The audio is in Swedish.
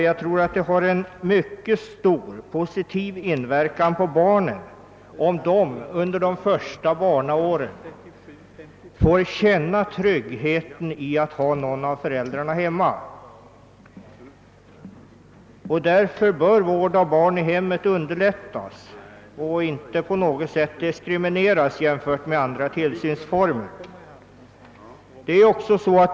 Jag tror att det har en mycket stor positiv inverkan på barnen, om de under sina första levnadsår får känna tryggheten i att ha någon av föräldrarna hemma. Därför bör vård av barn i hemmet underlättas och inte på något sätt diskrimineras jämfört med andra tillsynsformer.